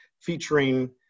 featuring